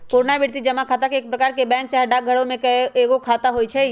पुरनावृति जमा खता एक प्रकार के बैंक चाहे डाकघर में एगो खता होइ छइ